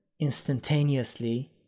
instantaneously